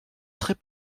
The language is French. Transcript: très